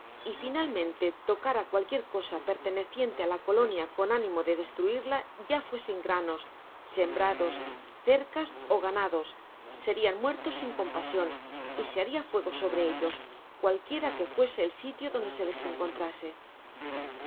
y finalmente tocar á cualquier cosa perteneciente á la colonia con ánimo de destruirla ya fuesen granos sembrados cercas ó ganados serian muertos sin compasion y se haria fuego sobre ellos cualquiera que fuese el sitio donde se les encontrase